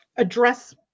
address